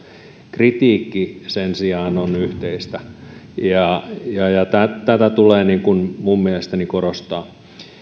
kritiikki sen sijaan on yhteistä tätä tulee minun mielestäni korostaa